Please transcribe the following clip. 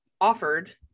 offered